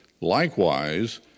Likewise